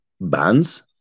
bands